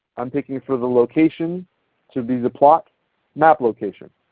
i'm picking for the location to be the plot map location.